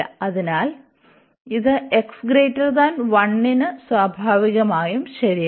അതിനാൽ ഇത് x1 ന് സ്വാഭാവികമായും ശരിയാണ്